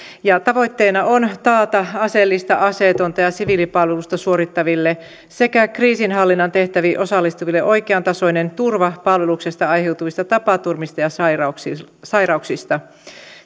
tavoitteena on taata aseellista aseetonta ja siviilipalvelusta suorittaville sekä kriisinhallinnan tehtäviin osallistuville oikeantasoinen turva palveluksesta aiheutuvista tapaturmista ja sairauksista sairauksista